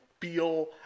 feel